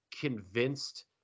convinced